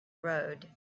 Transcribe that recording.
road